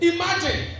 Imagine